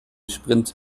sprint